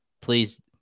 please